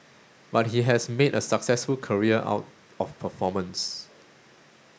but he has made a successful career out of performance